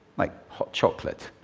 like hot chocolate.